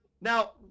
Now